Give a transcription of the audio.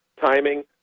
timing